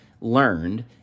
learned